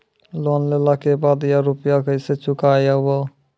Loan लेला के बाद या रुपिया केसे चुकायाबो?